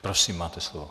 Prosím, máte slovo.